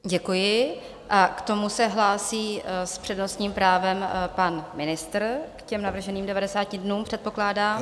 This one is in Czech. Děkuji a k tomu se hlásí s přednostním právem pan ministr, k těm navrženým 90 dnům, předpokládám.